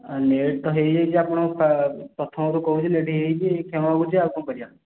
late ତ ହେଇଯାଇଛି ଆପଣଙ୍କୁ ପ୍ରଥମରୁ କହୁଛି ଲେଟ୍ ହେଇଯାଇଛି କ୍ଷମା ମାଗୁଛି ଆଉ କ'ଣ କରିବା